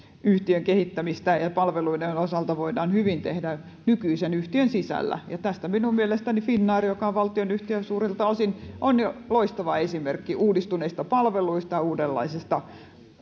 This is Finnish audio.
yhtiön kehittämistä palveluiden osalta voidaan hyvin tehdä nykyisen yhtiön sisällä ja minun mielestäni finnair joka on valtionyhtiö suurilta osin on loistava esimerkki uudistuneista palveluista uudenlaisesta